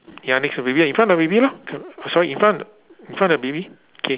ya next to baby in front of baby lah c~ sorry in front in front of baby K